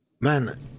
man